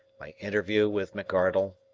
my interview with mcardle,